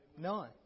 none